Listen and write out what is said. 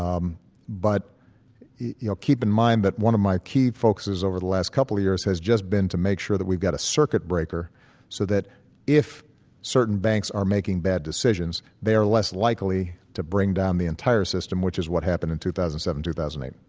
um but you know keep in mind that one of my key focuses over the last couple of years has just been to make sure that we've got a circuit breaker so that if certain banks are making bad decisions, they are less likely to bring down the entire system, which is what happened in two thousand and seven, two thousand and eight